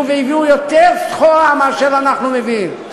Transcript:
והביאו יותר סחורה מאשר אנחנו מביאים,